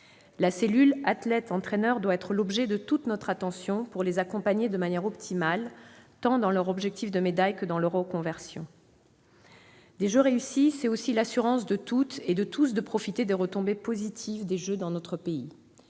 La cellule « athlète-entraîneur » doit être l'objet de toute notre attention ; ce duo doit être accompagné de manière optimale, tant dans son objectif de médailles que dans sa reconversion. Les Jeux réussis, c'est aussi l'assurance de toutes et de tous de profiter de leurs retombées positives dans notre pays.